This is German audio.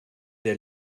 der